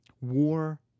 War